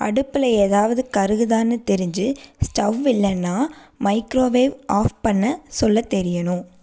அடுப்பில் ஏதாவது கருகுதான்னு தெரிஞ்சு ஸ்டவ் இல்லைன்னா மைக்ரோவேவ் ஆஃப் பண்ண சொல்லத் தெரியணும்